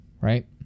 right